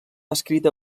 escrita